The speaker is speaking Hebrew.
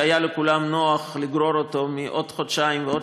שהיה לכולם נוח לגרור אותו מעוד חודשיים ועוד